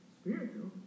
spiritual